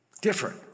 different